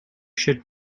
should